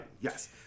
yes